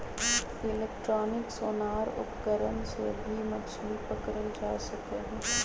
electronic sonar उपकरण से भी मछली पकड़ल जा सका हई